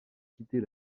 quitter